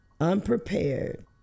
unprepared